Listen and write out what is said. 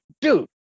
dude